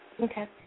Okay